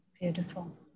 Beautiful